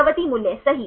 प्रवृत्ति मूल्य सही